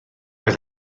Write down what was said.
oedd